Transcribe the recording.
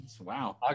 Wow